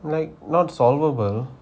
like not solvable